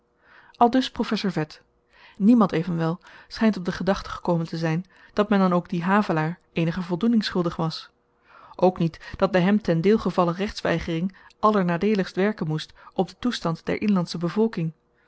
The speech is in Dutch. aldus professor veth niemand evenwel schynt op de gedachte gekomen te zyn dat men dan ook dien havelaar eenige voldoening schuldig was ook niet dat de hem ten deel gevallen rechtsweigering allernadeeligst werken moest op den toestand der inlandsche bevolking